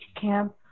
camp